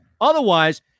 Otherwise